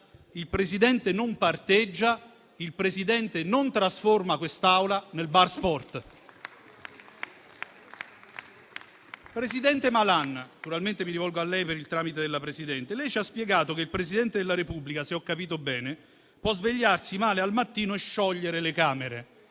il Presidente non parteggia, il Presidente non trasforma quest'Aula nel bar sport. Presidente Malan - naturalmente mi rivolgo a lei per il tramite della Presidente - lei ci ha spiegato che il Presidente della Repubblica, se ho capito bene, può svegliarsi male al mattino e sciogliere le Camere.